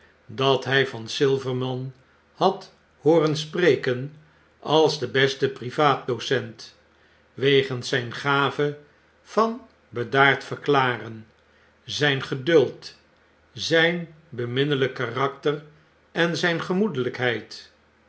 dat hy van silverman had hooren spreken als den besten privaat docent wegens zyn gave van bedaard verklaren zyn geduld zijn beminnelyk karakter en zyn gemoedelykheid